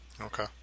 Okay